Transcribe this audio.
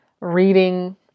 reading